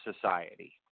society